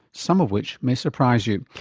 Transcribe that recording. some of which may surprise you.